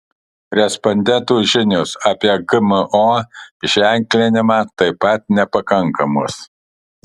respondentų žinios apie gmo ženklinimą taip pat nepakankamos